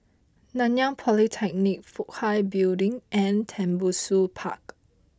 Nanyang Polytechnic Fook Hai Building and Tembusu Park